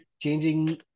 changing